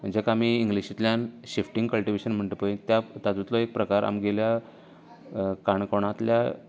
जेका आमी इंग्लिशितल्यान शिफ्टिंग कल्टिवेशन म्हणटा पळय त्या तातूंतलोच एक प्रकार आमगेल्या काणकोणांतल्या